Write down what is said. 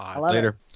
later